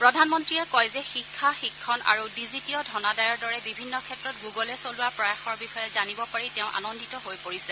প্ৰধানমন্ত্ৰীয়ে কয় যে শিক্ষা শিক্ষণ আৰু ডিজিটীয় ধনাদায়ৰ দৰে বিভিন্ন ক্ষেত্ৰত গুগুলে চলোৱা প্ৰয়াসৰ বিষয়ে জানিব পাৰি তেওঁ আনন্দিত হৈ পৰিছে